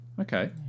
okay